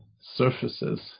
surfaces